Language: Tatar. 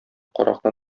каракны